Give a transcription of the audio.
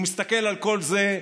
הוא מסתכל על כל זה,